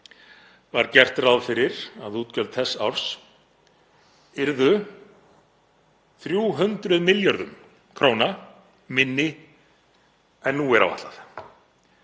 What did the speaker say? var gert ráð fyrir að útgjöld þess árs yrðu 300 milljörðum kr. minni en nú er áætlað.